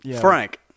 Frank